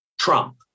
Trump